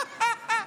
חחח.